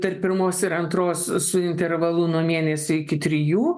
tarp pirmos ir antros su su intervalu nuo mėnesio iki trijų